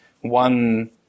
one